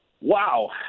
Wow